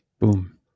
Boom